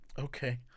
Okay